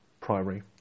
primary